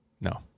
No